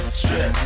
strip